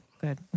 Good